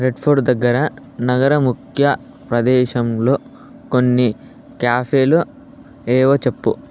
red Fort దగ్గర నగర ముఖ్య ప్రదేశంలో కొన్ని క్యాఫేలు ఏవో చెప్పు